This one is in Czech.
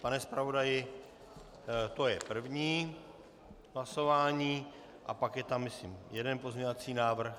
Pane zpravodaji, to je první hlasování a pak je tam, myslím, jeden pozměňovací návrh...